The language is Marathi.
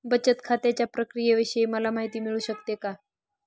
बचत खात्याच्या प्रक्रियेविषयी मला माहिती मिळू शकते का?